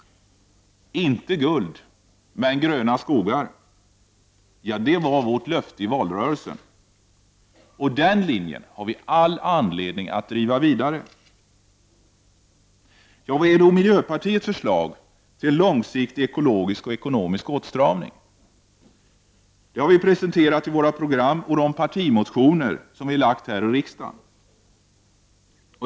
Inte guld men gröna skogar — det var vårt löfte i valrörelsen, och den linjen har vi all anledning att driva vidare. Vilka är då miljöpartiets förslag för en långsiktig ekologisk och ekonomisk åtstramning? Dem har vi presenterat i våra program och de partimotioner vi lagt här i riksdagen.